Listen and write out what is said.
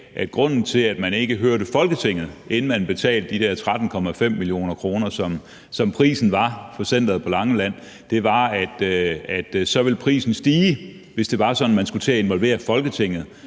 at grunden til, at man ikke hørte Folketinget, inden man betalte de der 13,5 mio. kr., som prisen var for centeret på Langeland, var, at prisen ville stige, hvis det var sådan, at man skulle til at involvere Folketinget